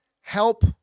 help